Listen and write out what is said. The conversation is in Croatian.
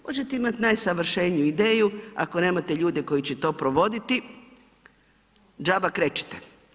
Možete imati najsavršeniju ideju ako nemate ljude koji će to provoditi, džaba krečite.